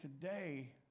today